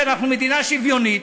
שאנחנו מדינה שוויונית,